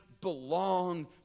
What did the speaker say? belong